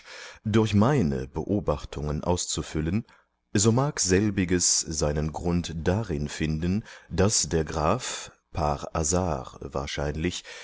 durch meine beobachtungen auszufüllen so mag selbiges seinen grund darin finden daß der graf par hasard wahrscheinlich